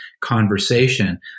conversation